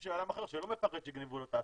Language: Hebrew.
של אדם אחר שלא מפחד שיגנבו לו את האשראי.